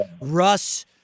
Russ